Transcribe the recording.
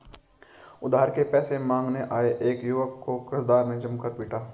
उधार के पैसे मांगने आये एक युवक को कर्जदार ने जमकर पीटा